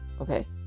Okay